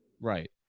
Right